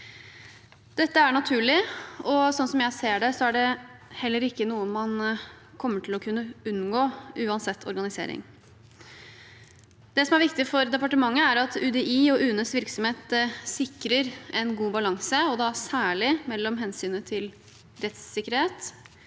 Dette er naturlig, og sånn jeg ser det, er det heller ikke noe man kommer til å kunne unngå uansett organisering. Det som er viktig for departementet, er at UDI og UNEs virksomhet sikrer en god balanse, og da særlig mellom hensynet til rettssikkerhet,